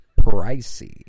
pricey